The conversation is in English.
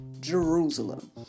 Jerusalem